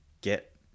get